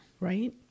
right